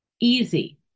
Easy